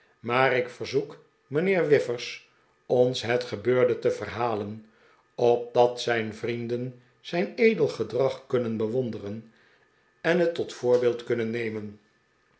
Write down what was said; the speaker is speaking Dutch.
maar ik verzoek mijnheer whiffers ons het gebeurde te verhalen opdat zijn vrienden zijn edel gedrag kunnen bewonderen en het tot voorbeeld kunnen nejnen